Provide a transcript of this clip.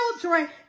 children